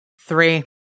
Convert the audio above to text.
Three